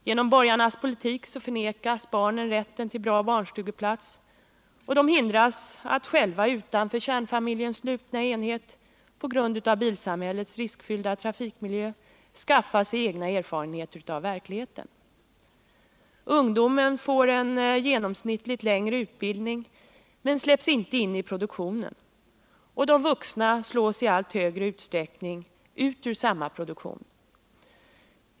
Genom borgarnas politik förnekas barnen rätten till bra barnstugeplatser, och de hindras att själva utanför kärnfamiljens slutna enhet, på grund av bilsamhällets riskfyllda trafikmiljö, skaffa sig egna erfarenheter om verkligheten. Ungdomen får en genomsnittligt längre utbildning men släpps inte in i produktionen. De vuxna slås i allt större utsträckning ut ur samma produktion.